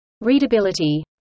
Readability